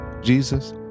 Jesus